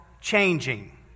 changing